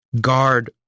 guard